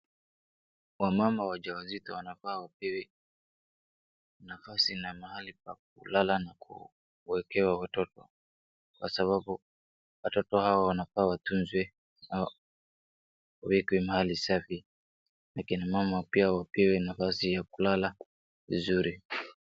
Wamama wajawazito wanafaa wapewe nafasi na mahali pa kulala na kuwekewa watoto kwa sababu watoto hawa wanafaa watunzwe au waekwe mahali safi. Wakina mama pia wapewe nafasi ya kulala vizuri.